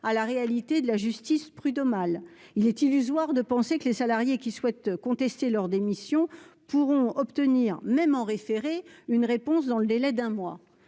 à la réalité de la justice prud'homale, il est illusoire de penser que les salariés qui souhaitent contester leur démission pourront obtenir même en référé une réponse dans le délai d'un mois